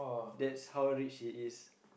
that's how rich he is